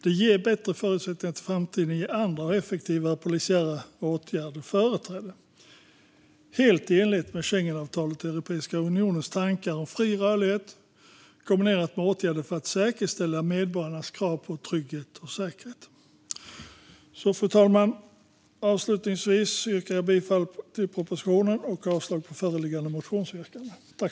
Det ger bättre förutsättningar att i framtiden ge andra och effektivare polisiära åtgärder företräde, helt i enlighet med Schengenavtalet och Europeiska unionens tankar om fri rörlighet kombinerad med åtgärder för att säkerställa medborgarnas krav på trygghet och säkerhet. Fru talman! Avslutningsvis yrkar jag bifall till propositionen och avslag på föreliggande motionsyrkanden.